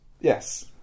Yes